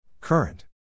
Current